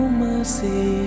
mercy